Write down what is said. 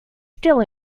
still